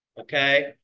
Okay